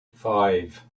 five